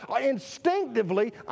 instinctively